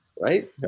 right